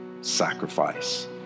sacrifice